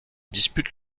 dispute